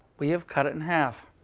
we have cut it in half.